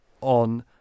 on